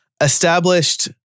established